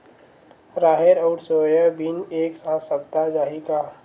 राहेर अउ सोयाबीन एक साथ सप्ता चाही का?